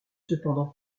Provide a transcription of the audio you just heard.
cependant